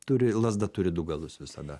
turi lazda turi du galus visada